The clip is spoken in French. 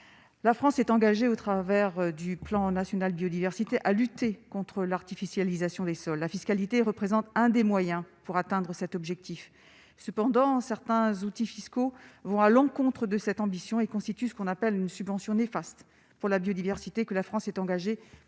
la France est engagée au travers du plan national biodiversité à lutter contre l'artificialisation des sols, la fiscalité représente un des moyens pour atteindre cet objectif cependant certains outils fiscaux vont à l'encontre de cette ambition et constitue ce qu'on appelle une subvention néfaste pour la biodiversité, que la France est engagée